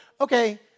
okay